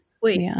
wait